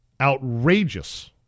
Outrageous